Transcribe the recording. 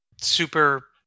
super